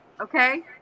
okay